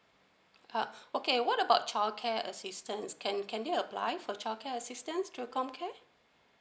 uh okay what about childcare assistance can can they apply for childcare assistance through comcare